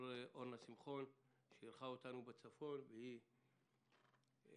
אורנה שמחון שאירחה אותנו בצפון והיא הותנדבה,